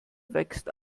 wächst